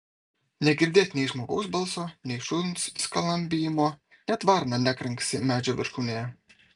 negirdėt nei žmogaus balso nei šuns skalambijimo net varna nekranksi medžio viršūnėje